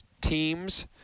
teams